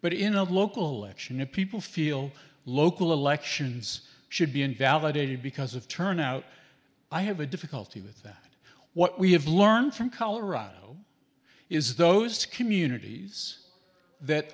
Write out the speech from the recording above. but in a local election if people feel local elections should be invalidated because of turnout i have a difficulty with that what we have learned from colorado is those communities that